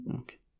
okay